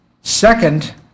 Second